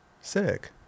sick